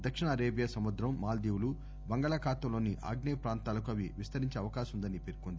దక్షిణ అరేబియా సముద్రం మాల్గీవులు బంగాళాఖాతంలోని ఆగ్నే య ప్రాంతాలకు అవి విస్తరించే అవకాశం ఉందని పేర్కొంది